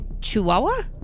Chihuahua